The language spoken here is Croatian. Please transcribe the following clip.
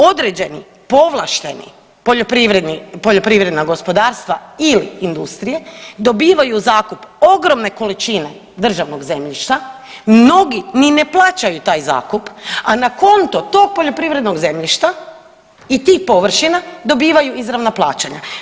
Određena povlaštena poljoprivredna gospodarstva ili industrije dobivaju u zakup ogromne količine državnog zemljišta, mnogi ni ne plaćaju taj zakup a na konto tog poljoprivrednog zemljišta i tih površina dobivaju izravna plaćanja.